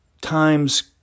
times